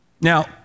Now